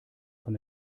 von